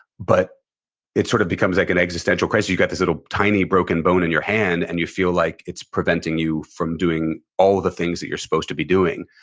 but it sort of becomes like an existential crisis. you've got this little, tiny broken bone in your hand, and you feel like it's preventing you from doing all the things that you're supposed to be doing.